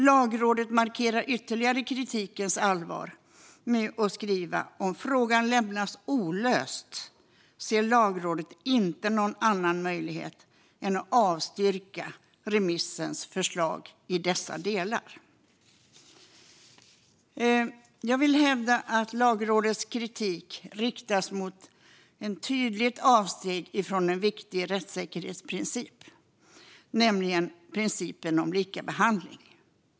Lagrådet markerar ytterligare kritikens allvar: "Om frågan lämnas olöst ser Lagrådet inte någon annan möjlighet än att avstyrka remissens förslag i dessa delar." Jag vill hävda att Lagrådets kritik riktas mot ett tydligt avsteg från en viktig rättssäkerhetsprincip, nämligen principen om likabehandling.